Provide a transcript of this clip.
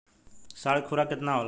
साँढ़ के खुराक केतना होला?